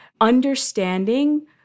understanding